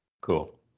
Cool